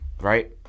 Right